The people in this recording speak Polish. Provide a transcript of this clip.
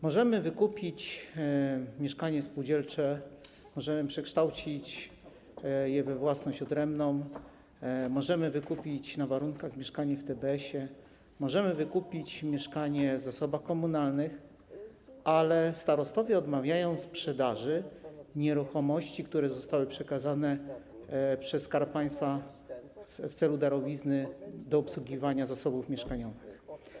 Możemy wykupić mieszkanie spółdzielcze, możemy przekształcić je w własność odrębną, możemy wykupić na warunkach mieszkanie w TBS, możemy wykupić mieszkanie w zasobach komunalnych, ale starostowie odmawiają sprzedaży nieruchomości, które zostały przekazane przez Skarb Państwa w celu darowizny do obsługiwania zasobów mieszkaniowych.